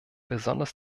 besonders